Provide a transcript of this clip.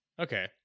Okay